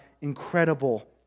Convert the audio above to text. incredible